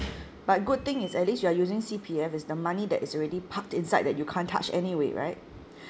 but good thing is at least you're using C_P_F it's the money that is already parked inside that you can't touch anyway right